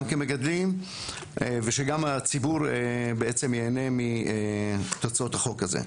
גם כמגדלים ושגם הציבור בעצם יהנה מתוצאות החוק הזה.